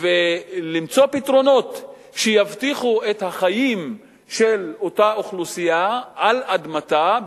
כדי למצוא פתרונות שיבטיחו את החיים של אותה אוכלוסייה על אדמתה,